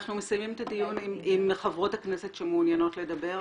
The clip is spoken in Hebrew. אנחנו מסיימים את הדיון עם חברות הכנסת שמעוניינות לדבר.